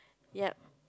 yep